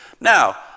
Now